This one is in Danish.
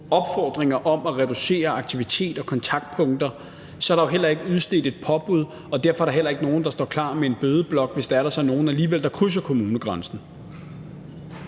opfordringer om at reducere aktivitet og kontaktpunkter, er der jo heller ikke udstedt et påbud, og derfor er der heller ikke nogen, der står klar med en bødeblok, hvis der så alligevel er nogle, der krydser kommunegrænsen.